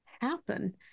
happen